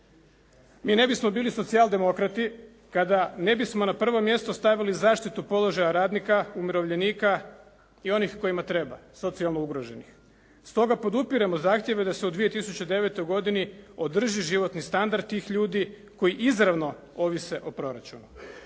Mi ne bismo bili socijaldemokrati kada ne bismo na prvo mjesto stavili zaštitu položaja radnika, umirovljenika i onih kojima treba, socijalno ugroženih. Stoga podupiremo zahtjeve da se u 2009. godini održi životni standard tih ljudi koji izravno ovise o proračunu.